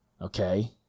Okay